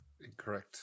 Incorrect